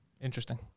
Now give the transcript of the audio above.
Interesting